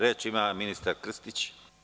Reč ima ministar Krstić.